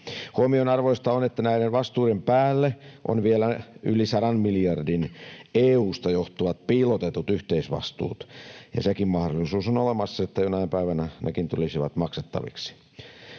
Huomionarvoista on, että näiden vastuiden päälle on vielä yli sadan miljardin EU:sta johtuvat piilotetut yhteisvastuut, ja sekin mahdollisuus on olemassa, että jonain päivänä nekin tulisivat maksettaviksi.